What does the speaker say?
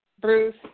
Bruce